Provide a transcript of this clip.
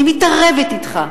אני מתערבת אתך: